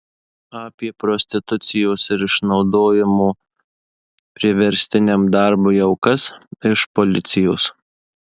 apie prostitucijos ir išnaudojimo priverstiniam darbui aukas iš policijos